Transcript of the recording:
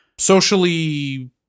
Socially